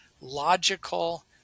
logical